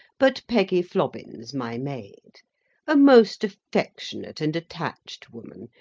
but peggy flobbins, my maid a most affectionate and attached woman,